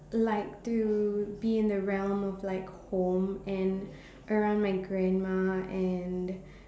like to be in the realm of like home and around my grandma and